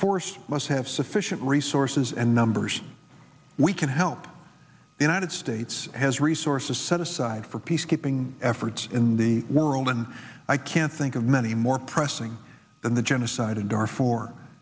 force must have sufficient resources and numbers we can help the united states has resources set aside for peacekeeping efforts in the world and i can't think of many more pressing than the genocide in darfur or